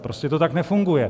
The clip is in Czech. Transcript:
Prostě to tak nefunguje.